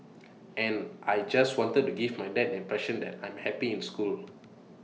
and I just wanted to give my dad impression that I'm happy in school